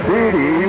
City